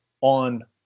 on